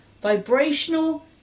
vibrational